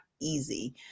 easy